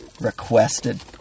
requested